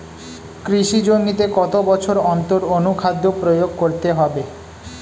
কৃষি জমিতে কত বছর অন্তর অনুখাদ্য প্রয়োগ করতে হবে?